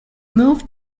moved